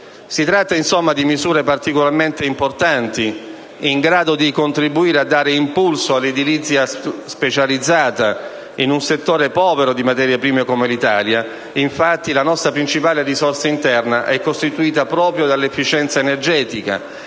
Si tratta di misure particolarmente importanti e in grado di contribuire a dare impulso all'edilizia specializzata in un Paese povero di materie prime come l'Italia. La nostra principale risorsa interna, infatti, è costituita proprio dall'efficienza energetica